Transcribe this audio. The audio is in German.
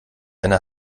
eine